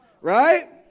Right